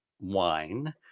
wine